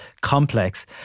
complex